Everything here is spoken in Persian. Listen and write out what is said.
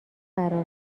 قرار